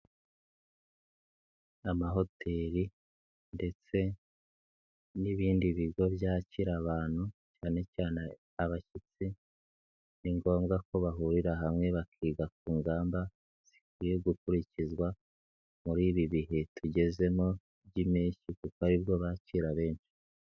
Amahoteli ndetse n'ibindi bigo byakira abantu cyane cyane abashyitsi ni ngombwa ko bahurira hamwe bakiga ku ngamba zikwiye gukurikizwa muri ibi bihe tugezemo by'impeshyi kuko ari bwo bakira benshi.